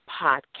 podcast